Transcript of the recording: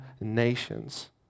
nations